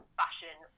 fashion